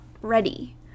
ready